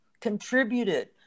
contributed